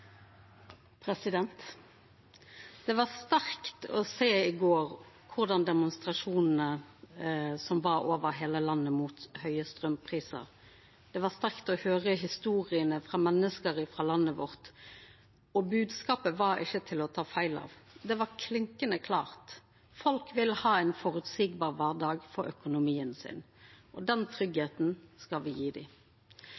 kjempebekymra. Det var sterkt i går å sjå demonstrasjonane som var over heile landet mot høge strømprisar. Det var sterkt å høyra historiene frå menneske i landet vårt, og bodskapen var ikkje til å ta feil av – han var klinkande klar: Folk vil ha ein føreseieleg kvardag for økonomien sin. Den